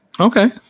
Okay